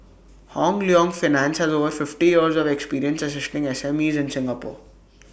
Hong Leong finance has over fifty years of experience assisting SMEs in Singapore